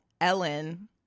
Ellen